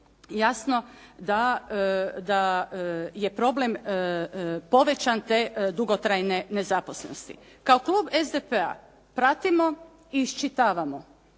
jasno da je problem povećan te dugotrajne nezaposlenosti. Kao klub SDP-a pratimo i iščitavamo,